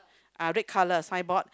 are red colour signboard